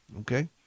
Okay